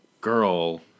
girl